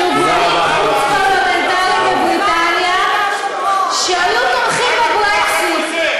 ארגונים חוץ-פרלמנטריים בבריטניה שתמכו בברקזיט.